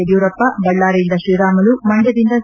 ಯಡಿಯೂರಪ್ಪ ಬಳ್ಳಾರಿಯಿಂದ ಶ್ರೀರಾಮುಲು ಮಂಡ್ಕದಿಂದ ಸಿ